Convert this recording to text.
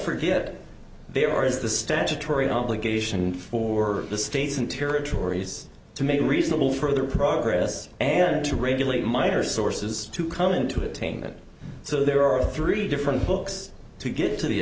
forget there are as the statutory obligation for the states and territories to make reasonable further progress and to regulate my or sources to come into a team that so there are three different books to get to the